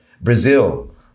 Brazil